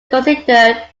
considered